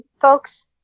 folks